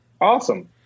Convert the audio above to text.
Awesome